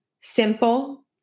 simple